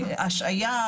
השעיה,